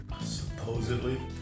supposedly